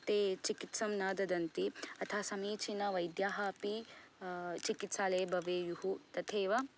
ते चिकित्सां न ददन्ति तथा समीचीन वैद्याः अपि चिकित्सालये भवेयुः तथैव